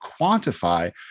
quantify